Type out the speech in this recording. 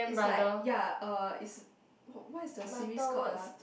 it's like ya uh is what is the series called ah